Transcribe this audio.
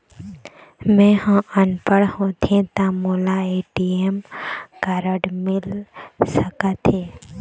मैं ह अनपढ़ होथे ता मोला ए.टी.एम कारड मिल सका थे?